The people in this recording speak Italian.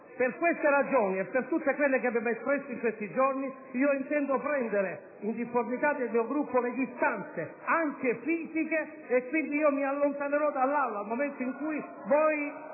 Per queste ragioni e per tutte quelle che abbiamo espresso in questi giorni intendo prendere, in difformità dal mio Gruppo, le distanze, anche fisiche, e dunque mi allontanerò dall'Aula nel momento in cui voi